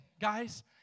guys